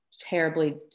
terribly